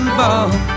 ball